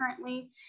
currently